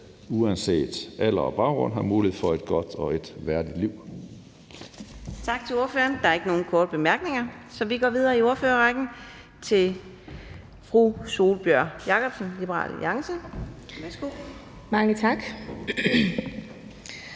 uanset alder og baggrund har mulighed for et godt og et værdigt liv.